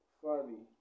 funny